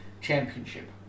championship